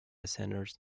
centers